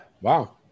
Wow